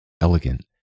elegant